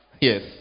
Yes